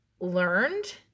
learned